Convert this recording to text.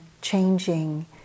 changing